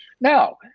Now